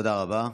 תודה רבה.